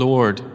Lord